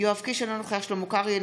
יואב קיש אינו נוכח שלמה קרעי,